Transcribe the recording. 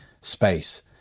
space